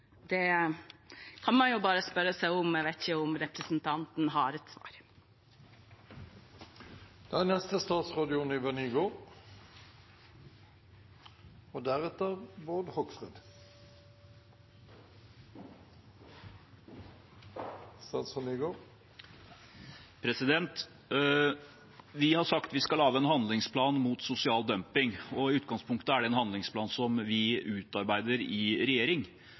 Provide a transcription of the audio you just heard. Det kan man jo bare spørre seg om. Jeg veg ikke om representanten har et svar. Vi har sagt at vi skal lage en handlingsplan mot sosial dumping. Og i utgangspunktet er det en handlingsplan som vi utarbeider i regjering,